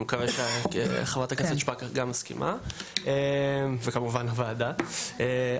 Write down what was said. אני מקווה שחברת הכנסת שפק מסכימה לכך וכמובן הוועדה.